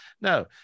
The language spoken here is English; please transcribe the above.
No